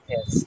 Yes